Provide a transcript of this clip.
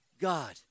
God